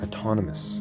Autonomous